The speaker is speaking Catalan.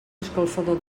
escalfador